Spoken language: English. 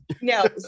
No